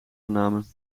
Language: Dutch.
genomen